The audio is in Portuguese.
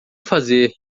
fazer